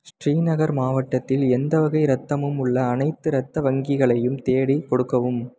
ஸ்ரீநகர் மாவட்டத்தில் எந்த வகை இரத்தமும் உள்ள அனைத்து இரத்த வங்கிகளையும் தேடிக் கொடுக்கவும்